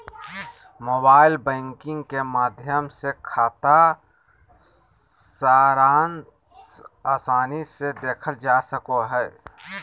mobile banking के माध्यम से खाता सारांश आसानी से देखल जा सको हय